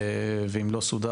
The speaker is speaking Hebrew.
ואם לא סודר,